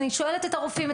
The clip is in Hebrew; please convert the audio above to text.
אני שואלת את הרופאים,